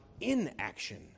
inaction